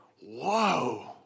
whoa